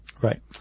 Right